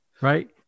Right